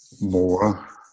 more